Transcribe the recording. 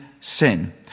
sin